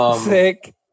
Sick